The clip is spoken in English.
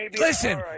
Listen